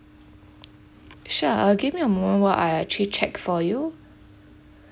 sure uh give me a moment while I actually check for you